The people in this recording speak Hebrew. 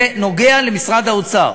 זה נוגע למשרד האוצר.